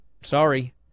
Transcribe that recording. sorry